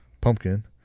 pumpkin